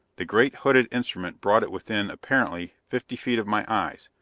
the great hooded instrument brought it within, apparently, fifty feet of my eyes,